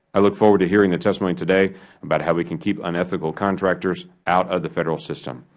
i look forward to hearing the testimony today about how we can keep unethical contractors out of the federal system.